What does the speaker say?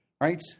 right